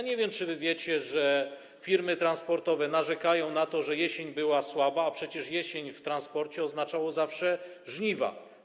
Nie wiem, czy wy wiecie, że firmy transportowe narzekają na to, że jesień była słaba, a przecież jesień w transporcie oznaczała zawsze żniwa.